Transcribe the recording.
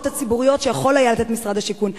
הציבוריות שיכול היה משרד השיכון לתת.